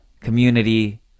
community